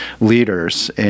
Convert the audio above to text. leaders